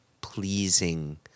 pleasing